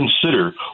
consider